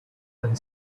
and